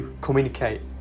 communicate